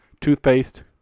toothpaste